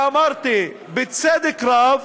ואמרתי, בצדק רב,